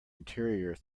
interior